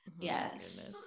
yes